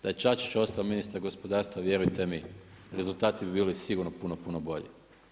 Da je Čačić ostao ministar gospodarstva vjerujte mi rezultati bi bili sigurno puno, puno bolji.